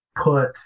put